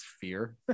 fear